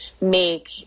make